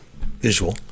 visual